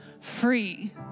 free